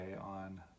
on